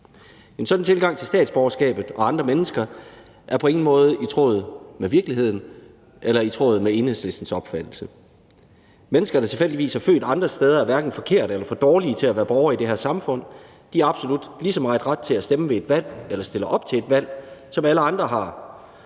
En sådan tilgang til statsborgerskabet og andre mennesker er på ingen måde i tråd med virkeligheden eller i tråd med Enhedslistens opfattelse. Mennesker, der tilfældigvis er født andre steder, er hverken forkerte eller for dårlige til at være borgere i det her samfund. De har absolut lige så meget ret til at stemme ved et valg eller stille op til valg, som alle andre har.